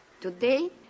Today